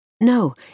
No